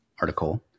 article